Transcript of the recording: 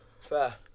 Fair